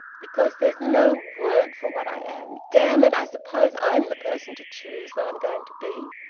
because there is no word for what i am! damn it! i suppose i'm the person to choose what i'm going to be!